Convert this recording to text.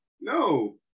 no